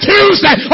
Tuesday